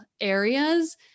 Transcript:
areas